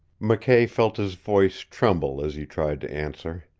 mckay felt his voice tremble as he tried to answer.